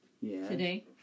today